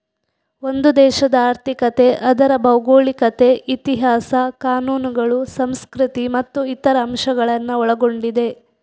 ಒಂದು ದೇಶದ ಆರ್ಥಿಕತೆ ಅದರ ಭೌಗೋಳಿಕತೆ, ಇತಿಹಾಸ, ಕಾನೂನುಗಳು, ಸಂಸ್ಕೃತಿ ಮತ್ತು ಇತರ ಅಂಶಗಳನ್ನ ಒಳಗೊಂಡಿದೆ